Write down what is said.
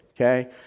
okay